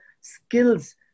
skills